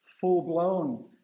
full-blown